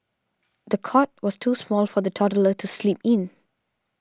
the cot was too small for the toddler to sleep in